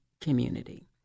community